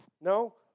No